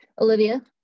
Olivia